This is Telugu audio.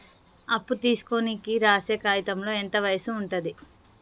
అప్పు తీసుకోనికి రాసే కాయితంలో ఎంత వయసు ఉంటది?